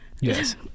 Yes